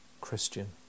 Christian